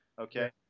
Okay